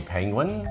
Penguin